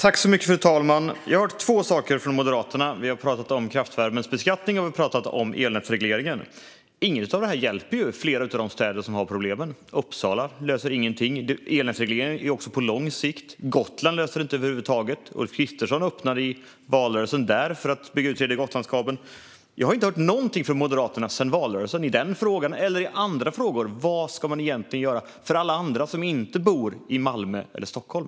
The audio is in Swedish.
Fru talman! Jag har hört två saker från Moderaterna. Vi har talat om kraftvärmens beskattning och om elnätsregleringen. Inget av detta hjälper ju flera av de städer som har problem. I Uppsala löser det ingenting. Elnätsregleringen är på lång sikt. På Gotland löser det ingenting över huvud taget. Ulf Kristersson öppnade i valrörelsen för att bygga ut tredje Gotlandskabeln. Jag har inte hört någonting från Moderaterna sedan valrörelsen, vare sig i den eller i andra frågor. Vad ska man egentligen göra för alla andra, som inte bor i Malmö eller Stockholm?